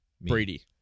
Brady